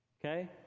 okay